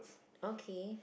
okay